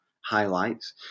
highlights